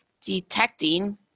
detecting